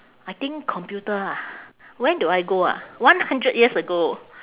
I think computer ah when do I go ah one hundred years ago